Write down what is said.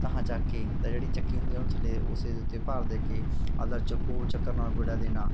ਉਤਾਹਾਂ ਚੱਕ ਕੇ ਤਾਂ ਜਿਹੜੀ ਚੱਕੀ ਹੁੰਦੀ ਉਹਨੂੰ ਥੱਲੇ ਉਸੇ ਦੇ ਉੱਤੇ ਭਾਰ ਦੇ ਕੇ ਆਪਦਾ ਚ ਗੋਲ ਚੱਕਰ ਨਾਲ ਗੇੜਾ ਦੇਣਾ